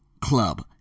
club